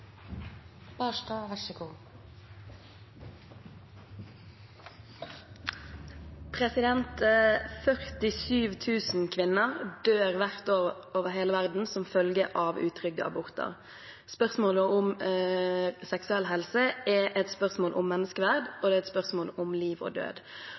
har. 47 000 kvinner dør hvert år over hele verden som følge av utrygge aborter. Spørsmålet om seksuell helse er et spørsmål om menneskeverd, og det er et spørsmål om liv og død.